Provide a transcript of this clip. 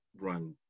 run